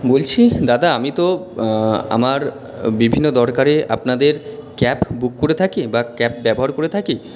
বলছি দাদা আমি তো আমার বিভিন্ন দরকারে আপনাদের ক্যাব বুক করে থাকি বা ক্যাব ব্যবহার করে থাকি